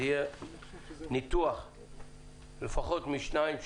זה יהיה ניתוח לפחות משתיים,